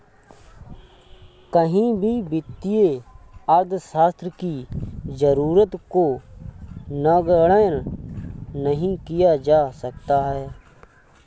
कहीं भी वित्तीय अर्थशास्त्र की जरूरत को नगण्य नहीं किया जा सकता है